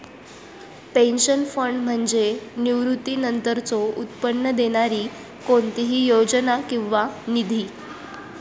pension fund म्हणजे निवृत्तीनंतरचो उत्पन्न देणारी कोणतीही योजना किंवा निधी